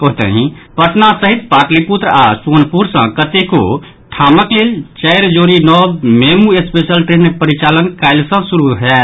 ओतहि पटना सहित पाटलिपुत्र आओर सोनपुर सँ कतेको ठामक लेल चारि जोड़ी नव मेमु स्पेशल ट्रेनक परिचालन काल्हि सँ शुरू होयत